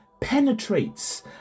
penetrates